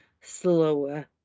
slower